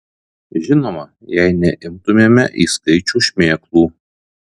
žinoma jei neimtumėme į skaičių šmėklų